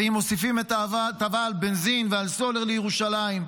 ואם מוסיפים את ההטבה על בנזין ועל סולר לירושלים,